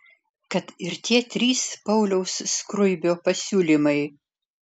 kad ir tie trys pauliaus skruibio pasiūlymai